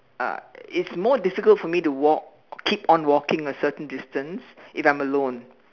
uh it's more difficult for me to walk keep on walking a certain distance if I'm alone